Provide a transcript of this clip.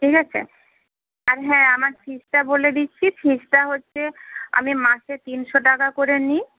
ঠিক আছে আর হ্যাঁ আমার ফিজটা বলে দিচ্ছি ফিজটা হচ্ছে আমি মাসে তিনশো টাকা করে নিই